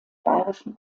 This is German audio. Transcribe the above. bayerischen